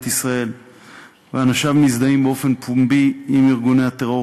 ישראל ואנשיו מזדהים באופן פומבי עם ארגוני הטרור,